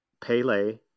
Pele